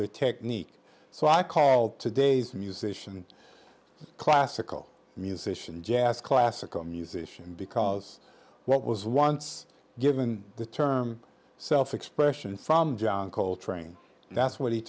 the technique so i called today's musician classical musician jazz classical musician because what was once given the term self expression from john coltrane that's what he